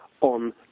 on